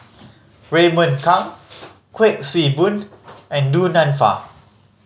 Raymond Kang Kuik Swee Boon and Du Nanfa